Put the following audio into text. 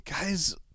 guys